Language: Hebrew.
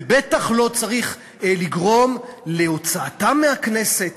ובטח לא צריך לגרום להוצאתם מהכנסת.